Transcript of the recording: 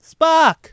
Spock